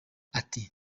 ati